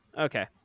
Okay